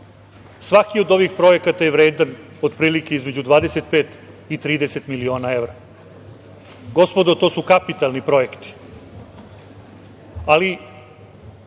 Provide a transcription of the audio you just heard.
od ovih projekata je vredan otprilike između 25 i 30 miliona evra. Gospodo, to su kapitalni projekti. Ali,